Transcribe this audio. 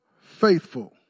faithful